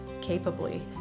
capably